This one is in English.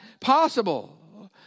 possible